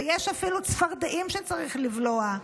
ויש אפילו צפרדעים שצריך לבלוע.